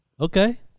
Okay